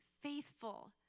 faithful